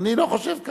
אני לא חושב כך.